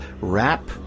wrap